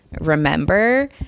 remember